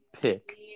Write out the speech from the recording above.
pick